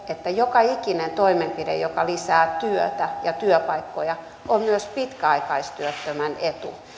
että joka ikinen toimenpide joka lisää työtä ja työpaikkoja on myös pitkäaikaistyöttömän etu